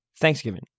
thanksgiving